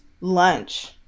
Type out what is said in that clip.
lunch